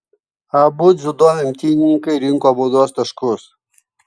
abu dziudo imtynininkai rinko baudos taškus